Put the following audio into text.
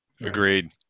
agreed